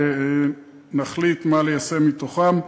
ונחליט מה ליישם מתוכן.